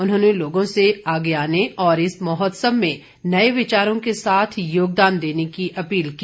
उन्होंने लोगों से आगे आने और इस महोत्सव में नये विचारों के साथ योगदान देने की अपील की